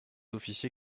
officier